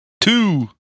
Two